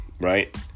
right